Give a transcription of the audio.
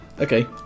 Okay